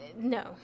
no